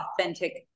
authentic